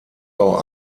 auch